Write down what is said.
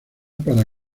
para